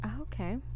Okay